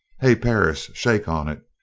hey, perris, shake on it!